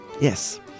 yes